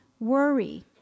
worry